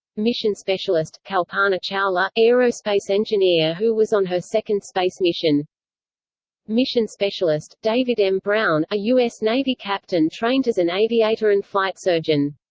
mission specialist kalpana chawla, aerospace engineer who was on her second space mission mission specialist david m. brown, a u s. navy captain trained as an aviator and flight surgeon.